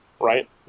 right